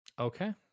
Okay